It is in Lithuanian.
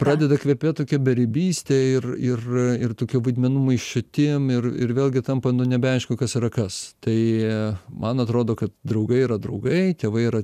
pradeda kvepėt tokia beribyste ir ir ir tokiu vaidmenų maišatim ir ir vėlgi tampa nebeaišku kas yra kas tai man atrodo kad draugai yra draugai tėvai yra